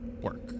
work